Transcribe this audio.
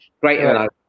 Great